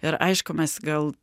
ir aišku mes gal